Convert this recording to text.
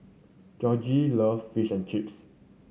Georgie love Fish and Chips